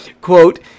Quote